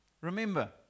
Remember